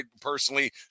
personally